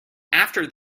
after